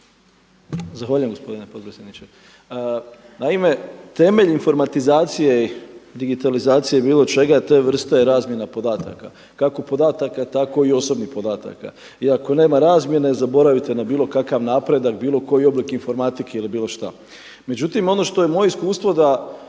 Zahvaljujem gospodine potpredsjedniče. Naime, temelj informatizacije i digitalizacije bilo čega te vrste je razmjena podataka, kako podataka tako i osobnih podataka. I ako nema razmjene zaboravite na bilo kakav napredak, bilo koji oblik informatike ili bilo šta. Međutim, ono što je moje iskustvo da